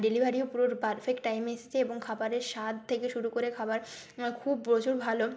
ডেলিভারিও পুরো পারফেক্ট টাইমে এসেছে এবং খাবারের স্বাদ থেকে শুরু করে খাবার খুব প্রচুর ভালো